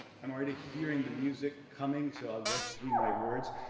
i'm already hearing the music coming, so i'll rush through my words.